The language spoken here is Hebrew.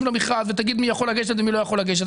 למכרז ותגיד מי יכול לגשת ומי לא יכול לגשת.